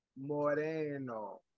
Moreno